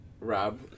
Rob